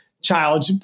child